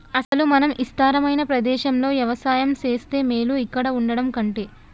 అసలు మనం ఇస్తారమైన ప్రదేశంలో యవసాయం సేస్తే మేలు ఇక్కడ వుండటం కంటె